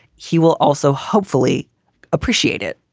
he will also hopefully appreciate it.